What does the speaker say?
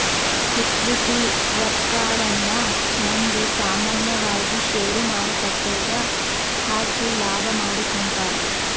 equity ರಕ್ಕವನ್ನ ಮಂದಿ ಸಾಮಾನ್ಯವಾಗಿ ಷೇರುಮಾರುಕಟ್ಟೆಗ ಹಾಕಿ ಲಾಭ ಮಾಡಿಕೊಂತರ